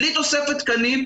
בלי תוספת תקנים.